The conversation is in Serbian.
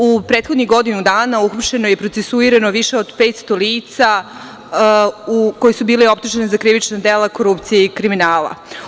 U prethodnih godinu dana, ugroženo je i procesuirano više od 500 lica koji su bili optuženi za krivična dela korupcije i kriminala.